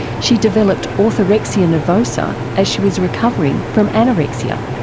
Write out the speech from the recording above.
she developed orthorexia nervosa as she was recovering from anorexia.